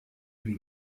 lui